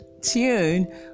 tune